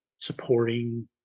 supporting